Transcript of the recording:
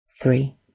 three